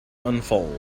unfold